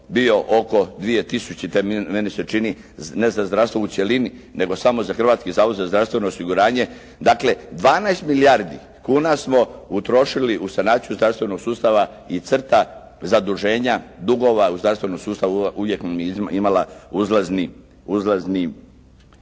bio oko 2000. Meni se čini ne za zdravstvo u cjelini nego samo za Hrvatski zavod za zdravstveno osiguranje. Dakle 12 milijardi kuna smo utrošili u sanaciju zdravstvenog sustava i crta zaduženja dugova u zdravstvenom sustavu uvijek je imala uzlazni